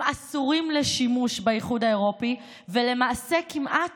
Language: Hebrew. הם אסורים לשימוש באיחוד האירופי ולמעשה כמעט